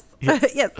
Yes